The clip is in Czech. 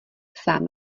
sám